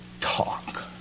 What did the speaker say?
talk